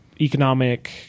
economic